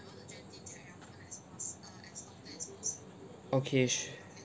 okay sure